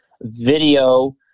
video